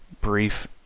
brief